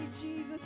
Jesus